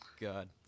god